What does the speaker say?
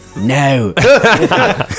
No